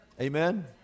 Amen